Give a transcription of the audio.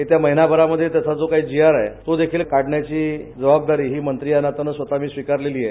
येत्या महिनाभरामध्ये यासंबंधी जो जीआर आहे तो देखील काढण्याची जबाबदरी मंत्री या नात्यानं स्वतमी स्विकारलेली आहे